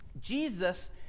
Jesus